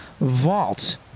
vault